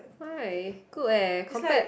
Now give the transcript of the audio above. why good eh compared